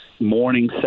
morning